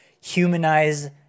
humanize